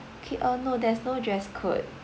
okay uh no there's no dress code